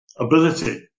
ability